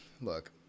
look